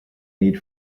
need